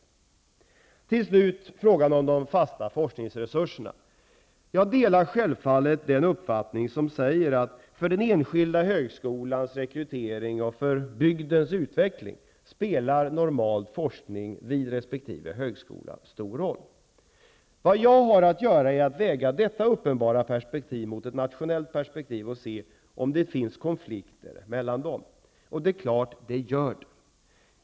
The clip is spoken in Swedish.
När det till sist gäller de fasta forskningsresurserna delar jag självfallet den uppfattningen att forskning vid resp. högskola normalt spelar en stor roll för den enkilda högskolans rekrytering och för bygdens utveckling. Jag har att väga detta uppenbara perspektiv mot ett nationellt perspektiv för att se om det finns konflikter mellan dessa perspektiv, och det är klart att det finns.